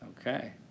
Okay